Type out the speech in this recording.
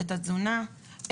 את התזונה,